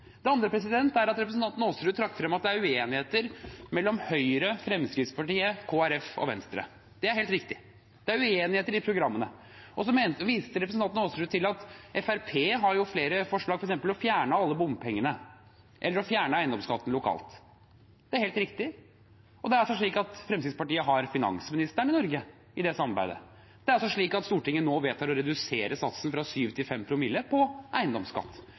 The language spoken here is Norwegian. representanten Aasrud frem at det er uenighet mellom Høyre, Fremskrittspartiet, Kristelig Folkeparti og Venstre. Det er helt riktig. Det er uenighet i programmene. Så viste representanten Aasrud til at Fremskrittspartiet har flere forslag, f.eks. om å fjerne alle bompengene, eller å fjerne eiendomsskatten lokalt. Det er helt riktig. Det er slik at Fremskrittspartiet har finansministeren i Norge i dette samarbeidet. Det er slik at Stortinget nå vedtar å redusere satsen fra 7 til 5 promille på